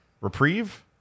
Reprieve